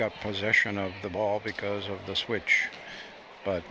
got possession of the ball because of the switch but